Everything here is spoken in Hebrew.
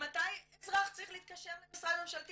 ממתי אזרח צריך להתקשר למשרד ממשלתי